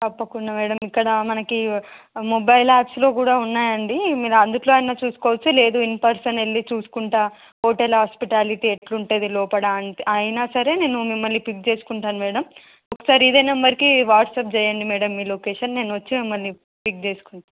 తప్పకుండా మ్యాడమ్ ఇక్కడ మనకు మొబైల్ యాప్స్లో కూడా ఉన్నాయండి మీరు అందులో అయిన చూసుకోవచ్చు లేదా ఇన్ పర్సన్ వెళ్ళి చూసుకుంటాను హోటల్ హాస్పిటాలిటీ ఎట్ల ఉంటుంది లోపల అంటే అయిన సరే నేను మిమ్మల్ని పిక్ చేసుకుంటాను మ్యాడమ్ ఒకసారి ఇదే నెంబర్కి వాట్సాప్ చేయండి మ్యాడమ్ మీ లొకేషన్ నేను వచ్చి మిమ్మల్ని పిక్ చేసుకుంటాను